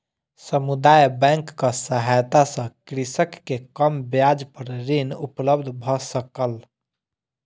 समुदाय बैंकक सहायता सॅ कृषक के कम ब्याज पर ऋण उपलब्ध भ सकलै